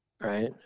right